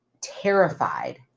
terrified